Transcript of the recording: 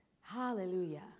Hallelujah